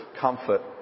comfort